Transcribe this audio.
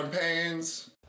Pains